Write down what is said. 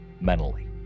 mentally